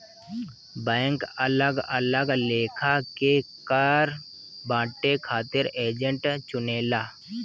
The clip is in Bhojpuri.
बैंक अलग अलग लेखा के कर बांटे खातिर एजेंट चुनेला